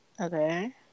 okay